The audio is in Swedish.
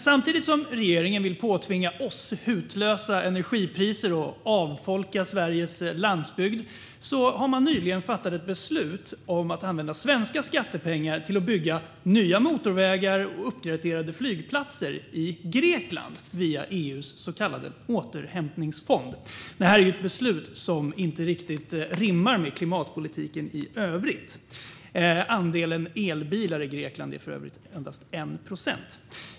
Samtidigt som regeringen vill påtvinga oss hutlösa energipriser och avfolka Sveriges landsbygd har man dock nyligen fattat ett beslut om att använda svenska skattepengar till att bygga nya motorvägar och uppgraderade flygplatser i Grekland via EU:s så kallade återhämtningsfond. Det här är ett beslut som inte riktigt rimmar med klimatpolitiken i övrigt. Andelen elbilar i Grekland är för övrigt endast 1 procent.